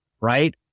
Right